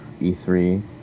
E3